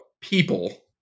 people